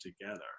together